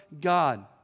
God